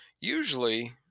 usually